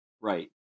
right